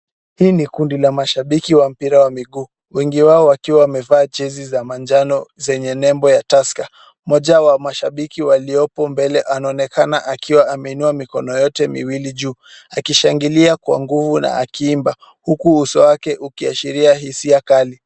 Hii ni kundi la mashabiki wa mpira wa miguu. Wengi wao wakiwa wamevaa jezi za manjano zenye nembo ya Tusker. Moja wa mashabiki waliopo mbele anaonekana akiwa ameinua mikono yote miwili juu akishangilia kwa nguvu na akiimba huku uso wake ukiashiria hisia kali.